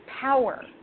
power